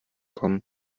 kommen